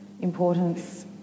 importance